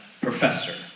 professor